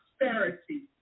prosperity